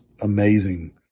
amazing